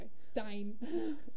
Stein